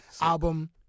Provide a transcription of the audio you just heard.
album